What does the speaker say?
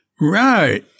Right